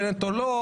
אני דואג לבנט.